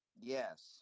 Yes